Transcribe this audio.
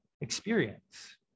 experience